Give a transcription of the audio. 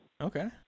Okay